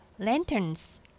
Lanterns